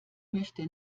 möchte